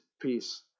peace